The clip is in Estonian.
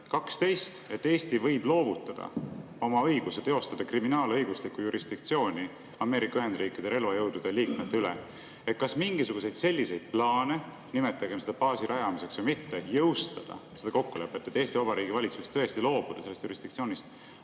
et Eesti võib loovutada oma õiguse teostada kriminaalõiguslikku jurisdiktsiooni Ameerika Ühendriikide relvajõudude liikmete üle. Kas mingisuguseid plaane, nimetagem seda baasi rajamiseks või mitte, jõustada seda kokkulepet, et Eesti Vabariigi valitsus võiks tõesti loobuda sellest jurisdiktsioonist,